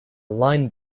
line